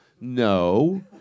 No